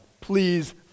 Please